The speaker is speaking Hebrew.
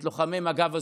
את לוחמי מג"ב הזוטרים.